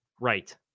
Right